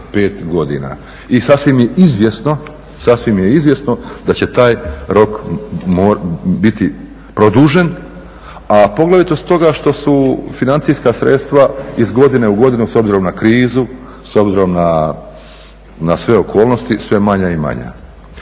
I sasvim je izvjesno da će taj rok biti produžen, a poglavito stoga što su financijska sredstva iz godine u godinu s obzirom na krizu, s obzirom na sve okolnosti sve manja i manja.